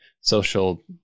social